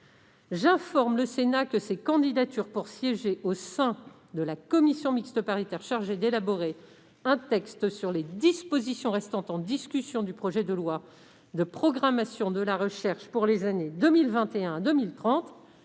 J'informe le Sénat que des candidatures pour siéger au sein de la commission mixte paritaire chargée d'élaborer un texte sur les dispositions restant en discussion du projet de loi de programmation de la recherche pour les années 2021 à 2030